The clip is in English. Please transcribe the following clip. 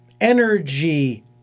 energy